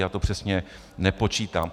Já to přesně nepočítám.